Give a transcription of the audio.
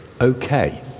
okay